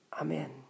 Amen